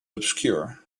obscure